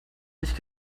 nicht